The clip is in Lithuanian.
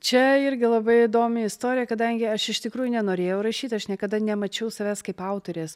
čia irgi labai įdomi istorija kadangi aš iš tikrųjų nenorėjau rašyt aš niekada nemačiau savęs kaip autorės